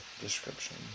description